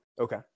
Okay